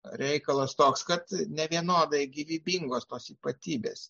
reikalas toks kad nevienodai gyvybingos tos ypatybės